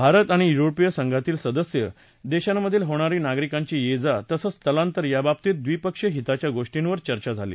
भारत आणि युरोपीय संघातील सदस्य देशांमधे होणारी नागरिकांची ये जा तसंच स्थलांतर याबाबतीत द्विपक्षीय हिताच्या गोष्टीवर चर्चा झाली